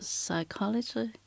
psychology